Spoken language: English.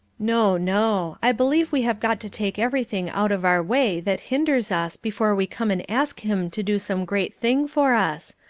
no, no! i believe we have got to take everything out of our way that hinders us before we come and ask him to do some great thing for us.